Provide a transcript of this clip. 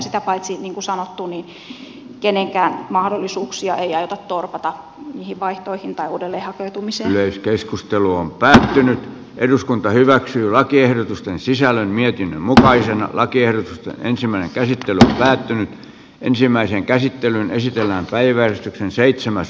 sitä paitsi niin kuin sanottu kenenkään mahdollisuuksia ei aiota torpata niihin vaihtoihin tai uudelle hapettumiseen löytyy keskusteluun pääsee nyt eduskunta hyväksyy lakiehdotusten sisällön mietin mutkaisen lakiehdotusta ensimmäinen käsittely päättynyt ensimmäisen käsittelyn esitellään uudelleen hakeutumiseen